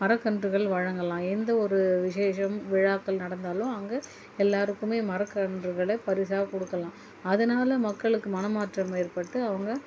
மரக்கன்றுகள் வழங்கலாம் எந்த ஒரு விசேஷம் விழாக்கள் நடந்தாலும் அங்கு எல்லாருக்குமே மரக்கன்றுகளை பரிசாக கொடுக்கலாம் அதனால் மக்களுக்கு மனமாற்றம் ஏற்பட்டு அவங்க